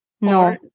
No